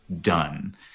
done